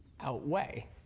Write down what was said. outweigh